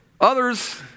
Others